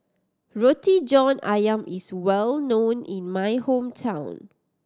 Roti John Ayam is well known in my hometown